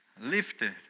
lifted